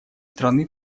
страны